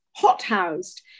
hothoused